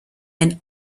and